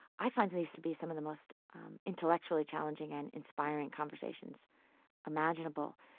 i find these to be some of the most intellectually challenging and inspiring conversations imaginable.